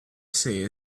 say